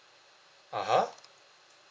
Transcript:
(uh huh)